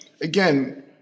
again